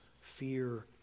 fear